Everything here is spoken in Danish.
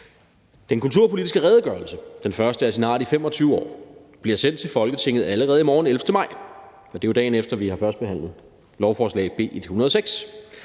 Den kulturpolitiske redegørelse, den første af sin art i 25 år, bliver sendt til Folketinget allerede i morgen, den 11. maj. Det er jo, dagen efter vi har førstebehandlet beslutningsforslag B 106.